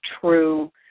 true